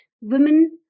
women